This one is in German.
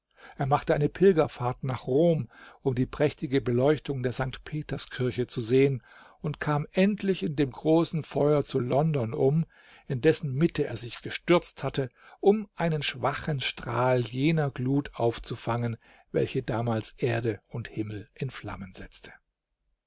er machte eine pilgerfahrt nach rom um die prächtige beleuchtung der st peterskirche zu sehen und kam endlich in dem großen feuer zu london um in dessen mitte er sich gestürzt hatte um einen schwachen strahl jener glut aufzufangen welche damals erde und himmel in flammen setzte